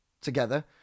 Together